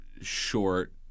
short